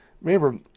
remember